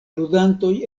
ludantoj